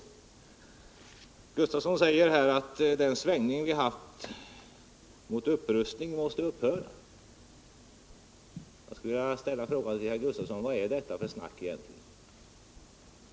Bengt Gustavsson säger att den svängning vi haft mot upprustning måste upphöra. Jag skulle vilja ställa frågan till herr Gustavsson: Vad är detta för snack egentligen?